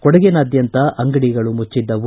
ಕೊಡಗಿನಾದ್ಯಂತ ಅಂಗಡಿಗಳು ಮುಚ್ದಿದ್ದವು